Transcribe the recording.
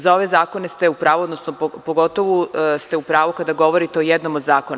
Za ove zakone ste u pravu, odnosno pogotovo ste u pravu kada govorite o jednom od zakona.